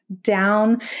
down